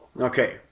okay